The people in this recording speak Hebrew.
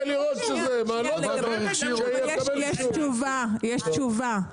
יש תשובה,